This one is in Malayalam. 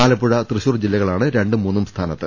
ആലപ്പുഴ തൃശൂർ ജില്ലകളാണ് രണ്ടും മൂന്നും സ്ഥാനത്ത്